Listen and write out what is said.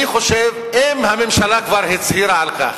אני חושב שאם הממשלה כבר הצהירה על כך